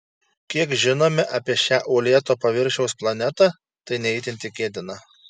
kiek žinome apie šią uolėto paviršiaus planetą tai ne itin tikėtina